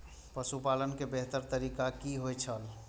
पशुपालन के बेहतर तरीका की होय छल?